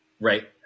right